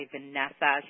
Vanessa